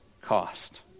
cost